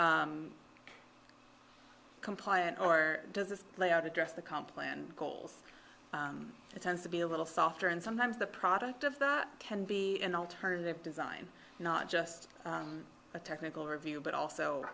compliant or does this layout address the com plan calls it tends to be a little softer and sometimes the product of that can be an alternative design not just a technical review but also